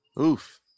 Oof